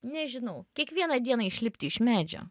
nežinau kiekvieną dieną išlipti iš medžio